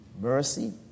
Mercy